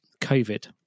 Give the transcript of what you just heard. covid